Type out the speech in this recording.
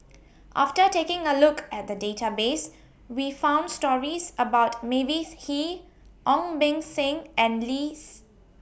after taking A Look At The Database We found stories about Mavis Hee Ong Beng Seng and Lim's